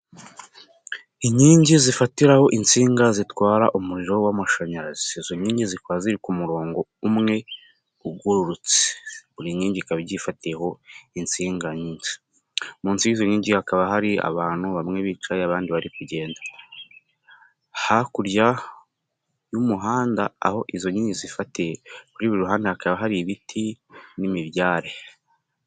Inkingi zifatiraho insinga zitwara umuriro w'amashanyarazi, izo nkingi zikaba ziri ku murongo umwe ugorotse, buri nkingi ikaba byifatiho insinga nyinshi, mu nsinga nyinshi hakaba hari abantu bamwe bicaye, abandi bari kugenda hakurya y'umuhanda aho izo nkingi zifatiye kuri buri ruhande hakaba hari ibiti n'imibyare.